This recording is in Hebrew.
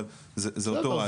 אבל זה אותו רעיון.